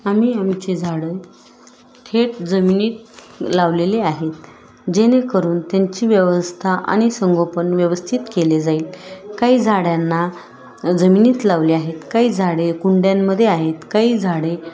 आम्ही आमचे झाडं थेट जमिनीत लावलेले आहेत जेणेकरून त्यांची व्यवस्था आणि संगोपन व्यवस्थित केले जाईल काही झाडांना जमिनीत लावले आहेत काही झाडे कुंड्यांमध्ये आहेत काही झाडे